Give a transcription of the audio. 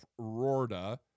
Rorda